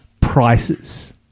prices